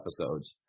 episodes